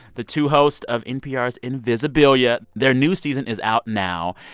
the two hosts of npr's invisibilia. their new season is out now.